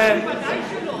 אני, ודאי שלא.